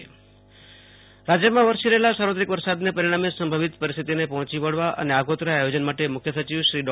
આશુતોષ અંતાણી રાજ્ય વરસાદ સમીક્ષા બેઠક રાજ્યમાં વરસી રહેલા સાર્વત્રિક વરસાદને પરિણામે સંભવિત પરિસ્થિતિને પહોંચી વળવા અને આગોતરા આયોજન માટે મુખ્ય સચિવ શ્રી ડો